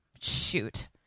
shoot